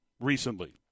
recently